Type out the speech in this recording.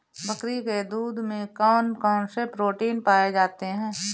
बकरी के दूध में कौन कौनसे प्रोटीन पाए जाते हैं?